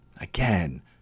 again